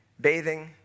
bathing